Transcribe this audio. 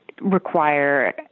require